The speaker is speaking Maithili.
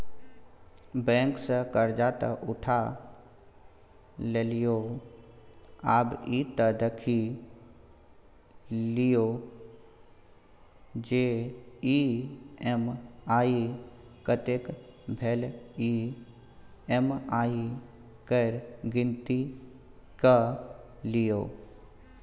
बैंक सँ करजा तँ उठा लेलहुँ आब ई त देखि लिअ जे ई.एम.आई कतेक भेल ई.एम.आई केर गिनती कए लियौ